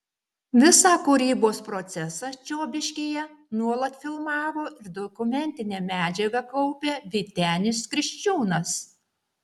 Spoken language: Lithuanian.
visą kūrybos procesą čiobiškyje nuolat filmavo ir dokumentinę medžiagą kaupė vytenis kriščiūnas